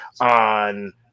on